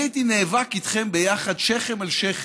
אני הייתי נאבק איתכם ביחד, שכם אל שכם,